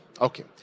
Okay